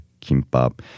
kimbap